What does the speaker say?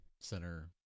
center